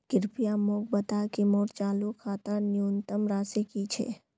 कृपया मोक बता कि मोर चालू खातार न्यूनतम राशि की छे